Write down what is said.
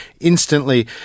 instantly